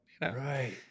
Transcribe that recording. right